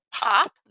Pop